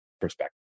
perspective